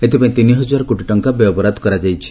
ଏଥିପାଇଁ ତିନିହଜାର କୋଟି ଟଙ୍କା ବ୍ୟୟବରାଦ କରାଯାଇଛି